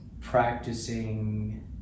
practicing